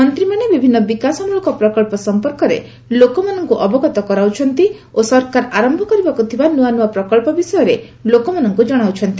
ମନ୍ତ୍ରୀମାନେ ବିଭିନ୍ନ ବିକାଶମ୍ଭଳକ ପ୍ରକଳ୍ପ ସଂପର୍କରେ ଲୋକମାନଙ୍କୁ ଅବଗତ କରାଉଛନ୍ତି ଓ ସରକାର ଆରମ୍ଭ କରିବାକୁ ଥିବା ନୂଆନୂଆ ପ୍ରକଳ୍ପ ବିଷୟରେ ଲୋକମାନଙ୍କୁ ଜଣାଉଛନ୍ତି